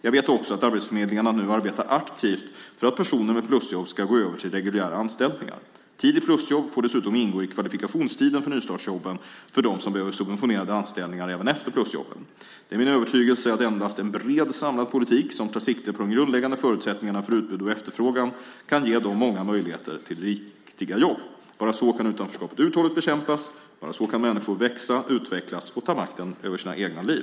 Jag vet också att arbetsförmedlingarna nu arbetar aktivt för att personer med plusjobb ska gå över till reguljära anställningar. Tid i plusjobb får dessutom ingå i kvalifikationstiden för nystartsjobben för dem som behöver subventionerade anställningar även efter plusjobben. Det är min övertygelse att endast en bred samlad politik, som tar sikte på de grundläggande förutsättningarna för utbud och efterfrågan, kan ge många möjligheter till riktiga jobb. Bara så kan utanförskapet uthålligt bekämpas. Bara så kan människor växa, utvecklas och ta makten över sina egna liv.